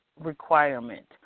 requirement